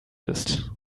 ist